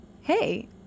Hey